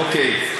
אוקיי.